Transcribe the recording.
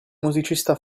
musicista